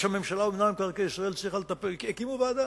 הממשלה ומינהל מקרקעי ישראל והקימו ועדה.